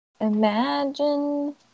Imagine